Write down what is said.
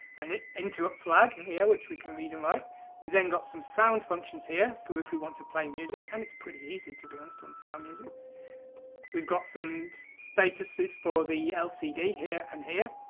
and it into a flag here which we can read and write we've then got some sound functions here, for if we want to play music. and it's pretty easy to be honest on the sound and music we've got some statuses for the lcd here and here.